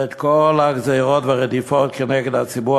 ואת כל הגזירות והרדיפות כנגד הציבור